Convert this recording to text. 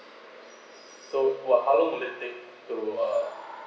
so for how long would that take to uh